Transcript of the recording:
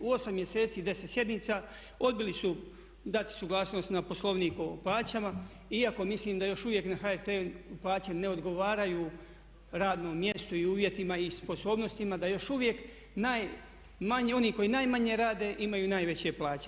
U 8 mjeseci 10 sjednica, odbili su dati suglasnost na Poslovnik o plaćama iako mislim da još uvijek na HRT-u plaće ne odgovaraju radnom mjestu i uvjetima i sposobnostima, da još uvijek najmanje, oni koji najmanje rade imaju najveće plaće.